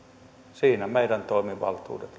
siinä meidän toimivaltuutemme